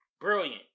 Brilliant